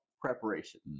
preparation